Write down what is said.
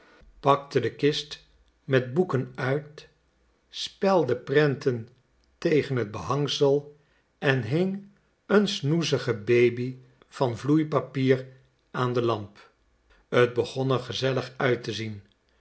pakte de kist met boeken uit speldde prenten tegen het behangsel en hing een snoezige baby van vloeipapier aan de lamp t begon er gezellig uit te zien